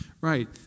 Right